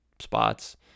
spots